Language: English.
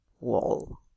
wall